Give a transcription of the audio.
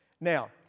Now